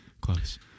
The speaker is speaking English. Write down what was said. close